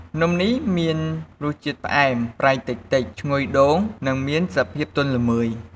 នំនេះមានរសជាតិផ្អែម ប្រៃតិចៗ ឈ្ងុយដូង និងមានសភាពទន់ល្មើយ។